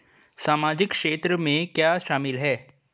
सामाजिक क्षेत्र में क्या शामिल है?